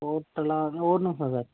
டோட்டலா ஒரு நிமிடம் சார்